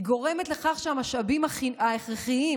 היא גורמת לכך שהמשאבים ההכרחיים,